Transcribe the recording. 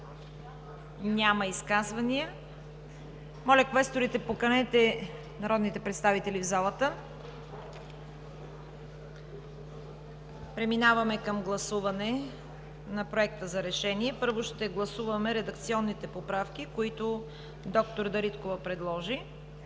Няма изказвания. Моля квесторите, поканете народните представители в залата. Преминаваме към гласуване на Проекта за решение. Първо ще гласуваме редакционните поправки, които д-р Дариткова предложи.